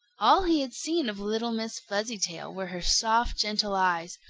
all he had seen of little miss fuzzytail were her soft, gentle eyes,